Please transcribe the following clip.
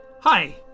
Hi